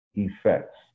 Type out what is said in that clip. effects